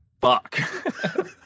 Fuck